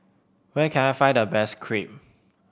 where can I find the best Crepe